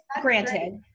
granted